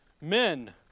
men